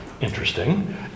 interesting